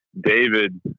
David